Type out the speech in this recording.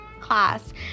class